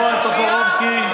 בועז טופורובסקי,